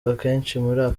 afrika